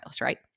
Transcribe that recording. right